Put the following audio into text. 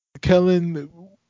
Kellen